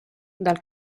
del